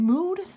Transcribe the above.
Mood